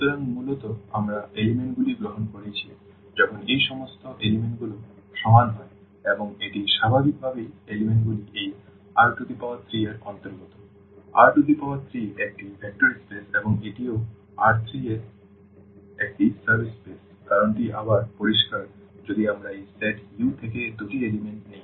সুতরাং মূলত আমরা উপাদানগুলি গ্রহণ করেছি যখন এই সমস্ত উপাদানগুলি সমান হয় এবং এটি স্বাভাবিকভাবেই উপাদানগুলি এই R3 এর অন্তর্গত R3 একটি ভেক্টর স্পেস এবং এটি ও R3 এর একটি সাব স্পেস কারণ টি আবার পরিষ্কার যদি আমরা এই সেট U থেকে দুটি উপাদান নিই